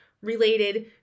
related